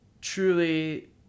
truly